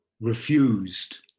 refused